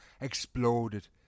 exploded